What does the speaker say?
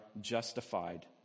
justified